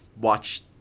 watch